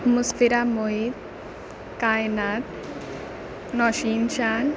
مسفرہ معید کائنات نوشین چاند